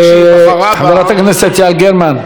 חברת הכנסת יעל גרמן.